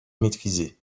maîtrisée